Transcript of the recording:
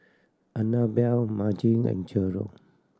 Annabell Maci and Jerrod